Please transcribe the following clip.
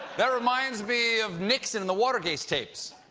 that reminds me of nixon on the watergate tapes.